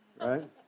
right